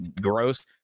gross